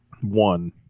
One